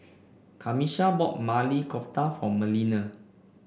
Camisha bought Maili Kofta for Melina